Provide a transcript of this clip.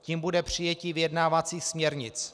Tím bude přijetí vyjednávacích směrnic.